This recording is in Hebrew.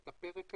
את הפרק הזה,